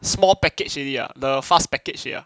small package already ah the fast package here